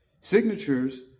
Signatures